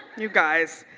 you guys.